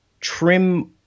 trim